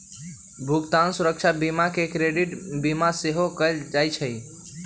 भुगतान सुरक्षा बीमा के क्रेडिट बीमा सेहो कहल जाइ छइ